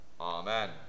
Amen